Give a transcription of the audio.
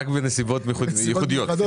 רק בנסיבות מיוחדות,